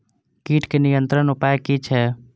कीटके नियंत्रण उपाय कि छै?